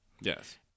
Yes